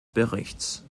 berichts